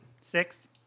Six